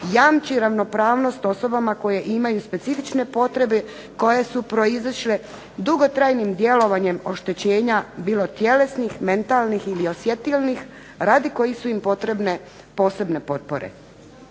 jamči ravnopravnost osobama koje imaju specifične potrebe koje su proizašle dugotrajnim djelovanjem oštećenja bilo tjelesnih, mentalnih ili osjetilnih radi kojih su im potrebne posebne potpore.